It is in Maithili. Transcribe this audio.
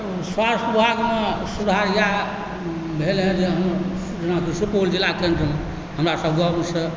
स्वास्थ्य विभागसँ सुधार इएह भेल हँ जेनाकि सुपौल जिलामे हमरा सब गामसँ